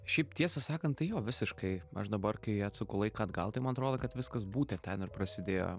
šiaip tiesą sakant tai jo visiškai aš dabar kai atsuku laiką atgal tai man atrodo kad viskas būtent ten ir prasidėjo